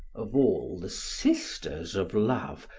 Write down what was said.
of all the sisters of love,